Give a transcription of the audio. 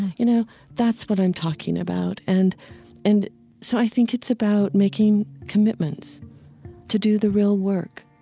you know that's what i'm talking about. and and so i think it's about making commitments to do the real work,